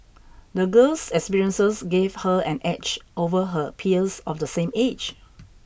the girl's experiences gave her an edge over her peers of the same age